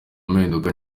mpinduka